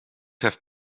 have